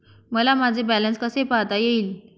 मला माझे बॅलन्स कसे पाहता येईल?